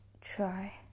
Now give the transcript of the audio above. try